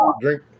drink